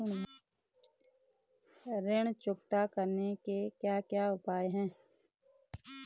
ऋण चुकता करने के क्या क्या उपाय हैं?